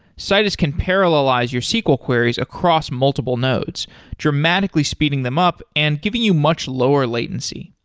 citus can parallelize your sql queries across multiple nodes dramatically speeding them up and giving you much lower latency.